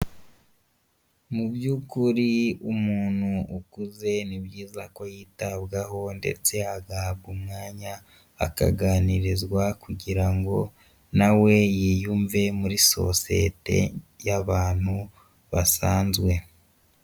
Mu by'ukuri umuntu ukuze ni byiza ko yitabwaho ndetse agahabwa umwanya akaganirizwa kugira ngo nawe yiyumve muri sosiyete y'abantu basanzwe.